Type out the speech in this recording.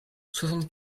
soixante